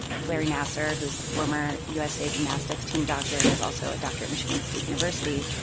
larry nassar, who is the former usa gymnastics team doctor and was also a doctor at michigan state university,